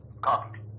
Copy